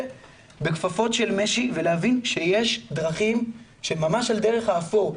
בכפפות של משי ולהבין שיש דרכים שהן ממש על דרך האפור,